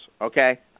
okay